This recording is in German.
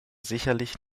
sicherlich